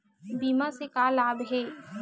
बीमा से का लाभ हे?